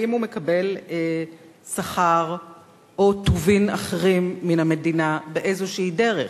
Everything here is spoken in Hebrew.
האם הוא מקבל שכר או טובין אחרים מן המדינה באיזושהי דרך,